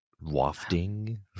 wafting